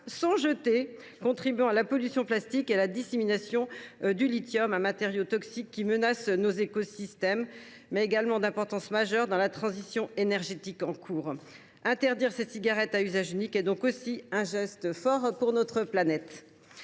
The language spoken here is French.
ce qui contribue à la pollution plastique et à la dissémination du lithium, ce matériau toxique menaçant nos écosystèmes, d’une importance majeure dans la transition énergétique en cours. Interdire les cigarettes à usage unique est donc un geste fort pour notre planète.